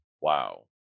wow